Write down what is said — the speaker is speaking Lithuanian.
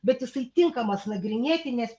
bet isai tinkamas nagrinėti nes